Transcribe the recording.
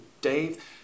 Dave